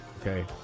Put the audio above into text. okay